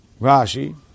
Rashi